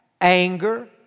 anger